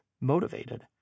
motivated